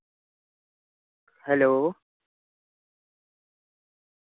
hello